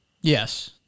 Yes